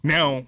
Now